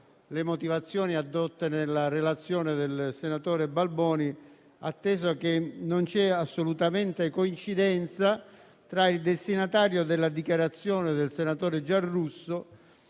le motivazioni addotte nella relazione del senatore Balboni, atteso che non c'è assolutamente coincidenza tra il destinatario della dichiarazione del senatore Giarrusso,